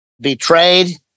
betrayed